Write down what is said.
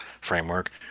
framework